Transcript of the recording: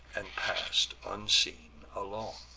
and pass'd unseen along.